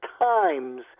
times